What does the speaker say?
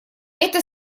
это